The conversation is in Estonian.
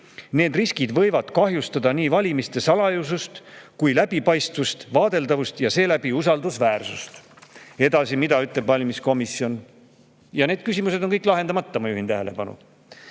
Need riskid võivad kahjustada nii valimiste salajasust kui läbipaistvust (vaadeldavust) ja seeläbi usaldusväärsust." Edasi, mida ütleb valimiskomisjon? Ja need küsimused on kõik lahendamata, ma juhin tähelepanu: